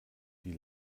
die